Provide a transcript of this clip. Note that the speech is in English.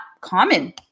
common